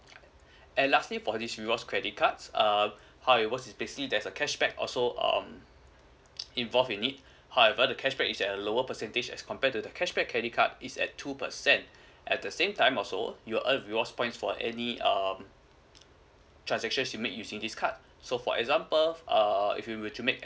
and lastly for this rewards credit cards um how it work is basically there's a cashback also um involved in it however the cashback is at a lower percentage as compared to the cashback credit card is at two percent at the same time also you earn rewards points for any um transactions you make using this card so for example uh if you were to make